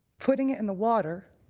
putting in the water,